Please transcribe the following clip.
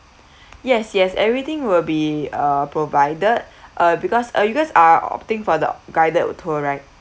yes yes everything will be uh provided uh because uh you guys are opting for the guided tour right